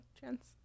chance